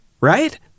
Right